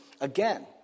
again